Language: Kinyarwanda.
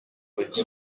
auddy